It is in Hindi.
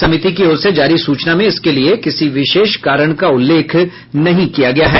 समिति की ओर से जारी सूचना में इसके लिए किसी विशेष कारण का उल्लेख नहीं किया गया है